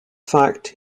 fact